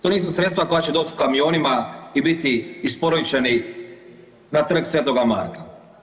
To nisu sredstva koja će doći u kamionima i biti isporučeni na Trg sv. Marka.